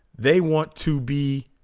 they want to be